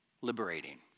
liberating